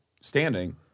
standing